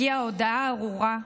הגיעה ההודעה הארורה,